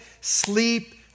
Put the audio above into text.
sleep